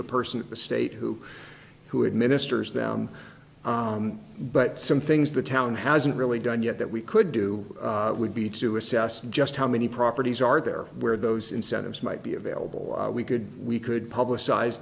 the person at the state who who had ministers down but some things the town hasn't really done yet that we could do would be to assess just how many properties are there where those incentives might be available we could we could publicize